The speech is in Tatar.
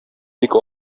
бик